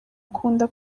akunda